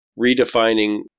redefining